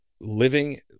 living